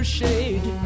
shade